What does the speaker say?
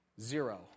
Zero